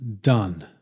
Done